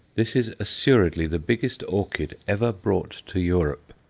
this is assuredly the biggest orchid ever brought to europe.